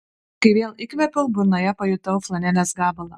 kai vėl įkvėpiau burnoje pajutau flanelės gabalą